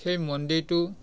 সেই মন্দিৰটো